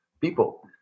people